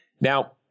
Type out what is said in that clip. Now